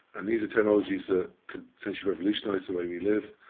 and these are technologies that could potentially revolutionise the way we live.